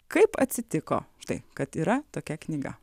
kaip atsitiko tai kad yra tokia knyga